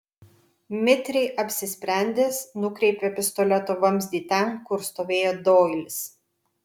mitriai apsisprendęs nukreipė pistoleto vamzdį ten kur stovėjo doilis